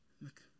Look